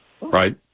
right